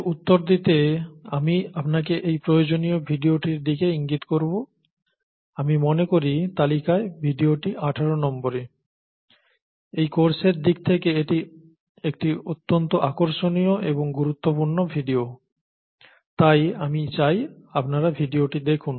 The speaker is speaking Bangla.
এর উত্তর দিতে আমি আপনাকে এই প্রয়োজনীয় ভিডিওটির দিকে ইঙ্গিত করবো আমি মনে করি তালিকায় ভিডিওটি 18 নম্বরে এই কোর্সের দিক থেকে এটি একটি অত্যন্ত আকর্ষণীয় এবং গুরুত্বপূর্ণ ভিডিও তাই আমি চাই আপনার ভিডিওটি দেখুন